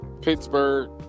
Pittsburgh